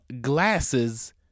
glasses